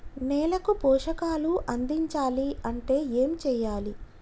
నేలకు పోషకాలు అందించాలి అంటే ఏం చెయ్యాలి?